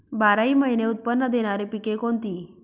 बाराही महिने उत्त्पन्न देणारी पिके कोणती?